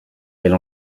elle